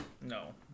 No